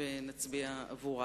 ונצביע עבורה.